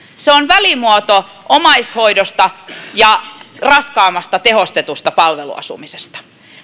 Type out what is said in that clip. se on välimuoto omaishoidosta ja raskaammasta tehostetusta palveluasumisesta